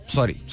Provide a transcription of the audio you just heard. Sorry